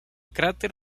cráter